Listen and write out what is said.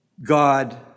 God